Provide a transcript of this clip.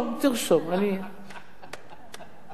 אז תרשום.